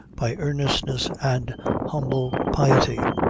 by earnestness and humble piety.